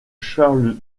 charles